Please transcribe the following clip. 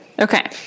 Okay